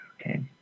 okay